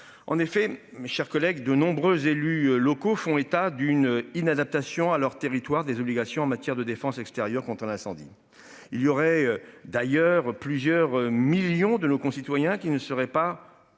En effet, mes chers collègues, de nombreux élus locaux font état d'une inadaptation à leur territoire des obligations en matière de défense extérieure quand un incendie il y aurait d'ailleurs plusieurs millions de nos concitoyens qui ne serait pas.